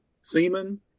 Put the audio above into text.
Semen